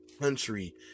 country